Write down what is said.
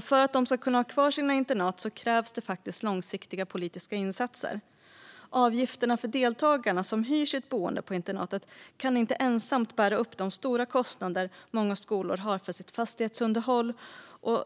För att de ska kunna ha kvar sina internat krävs det faktiskt långsiktiga politiska insatser. Avgifter för deltagarna som hyr sitt boende på internatet kan inte ensamt bära upp de stora kostnader många skolor har för sitt fastighetsunderhåll.